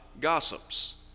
gossips